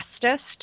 fastest